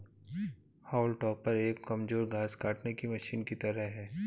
हाउल टॉपर एक कमजोर घास काटने की मशीन की तरह है